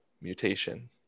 mutation